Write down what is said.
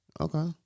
Okay